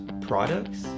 products